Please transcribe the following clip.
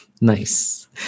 nice